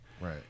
right